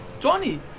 Johnny